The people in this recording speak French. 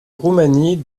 roumanie